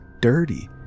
dirty